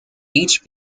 each